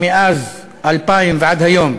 מאז 2000 ועד היום,